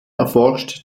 erforscht